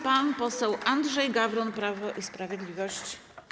Pan poseł Andrzej Gawron, Prawo i Sprawiedliwość.